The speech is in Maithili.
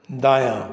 दायाँ